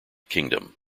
kingdom